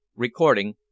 Recording